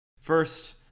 first